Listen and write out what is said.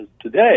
today